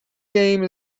game